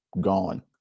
gone